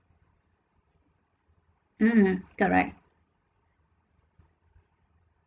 mmhmm correct